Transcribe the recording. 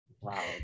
wow